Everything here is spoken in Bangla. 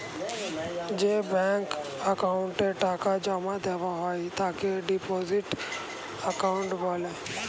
যে ব্যাঙ্ক অ্যাকাউন্টে টাকা জমা দেওয়া হয় তাকে ডিপোজিট অ্যাকাউন্ট বলে